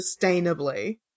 sustainably